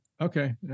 Okay